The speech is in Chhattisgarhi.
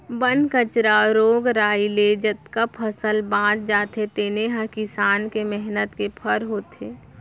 बन कचरा, रोग राई ले जतका फसल बाँच जाथे तेने ह किसान के मेहनत के फर होथे